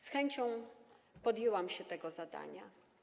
Z chęcią podjęłam się tego zadania.